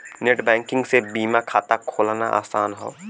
net banking से बीमा खाता खोलना आसान हौ